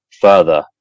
further